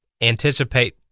anticipate